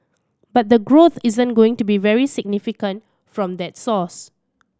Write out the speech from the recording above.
but the growth isn't going to be very significant from that source